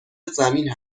زمین